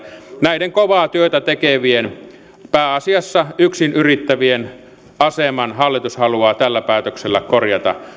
näiden kovaa työtä tekevien pääasiassa yksin yrittävien aseman hallitus haluaa tällä päätöksellä korjata